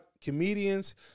comedians